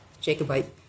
Jacobite